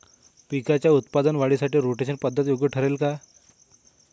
पिकाच्या उत्पादन वाढीसाठी रोटेशन पद्धत योग्य ठरेल का?